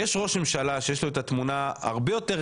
יש ראש ממשלה שיש לו את התמונה הרבה יותר